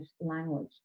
language